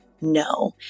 no